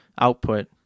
output